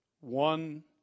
one